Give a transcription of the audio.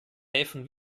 häfen